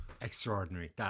Extraordinary